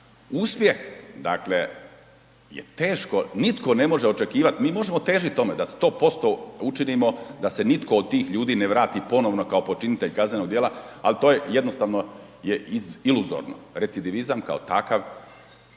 Uspjeh je teško, nitko ne može očekivat, mi možemo težiti tome da 100% učinimo da se nitko od tih ljudi ne vrati ponovno kao počinitelj kaznenog djela, ali to je jednostavno iluzorno, recidivizam kao takav